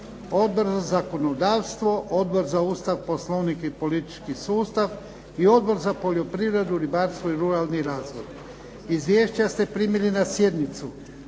Odbor za zakonodavstvo, Odbor za Ustav, Poslovnik i politički sustav i Odbor za poljoprivredu, ribarstvo i ruralni razvoj. Izvješća ste primili na sjednicu.